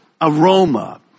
aroma